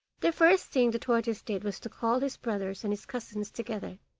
the first thing the tortoise did was to call his brothers and his cousins together,